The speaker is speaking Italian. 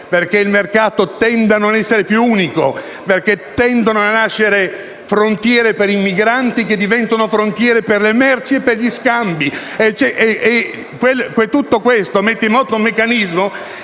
mercato, infatti, tende a non essere più unico e tendono a nascere frontiere per i migranti che diventano frontiere per le merci e gli scambi. E tutto questo mette in moto un meccanismo